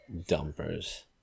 dumpers